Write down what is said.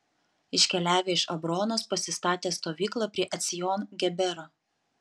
iškeliavę iš abronos pasistatė stovyklą prie ecjon gebero